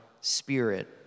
Spirit